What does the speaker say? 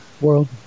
World